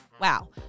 Wow